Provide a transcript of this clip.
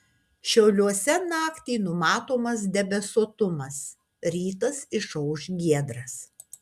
šiauliuose naktį numatomas debesuotumas rytas išauš giedras